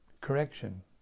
correction